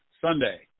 Sunday